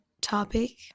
topic